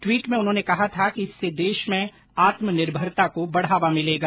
tweet में उन्होंने कहा था कि इससे देश में आत्मनिर्भरता को बढ़ावा मिलेगा